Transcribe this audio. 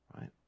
Right